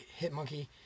Hitmonkey